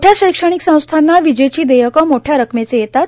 मोठ्या शैक्षणिक संस्थांना विजेचे देयकं मोठ्या रक्कमेचे येतात